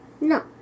No